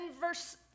verse